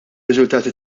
riżultati